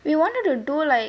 we wanted to do like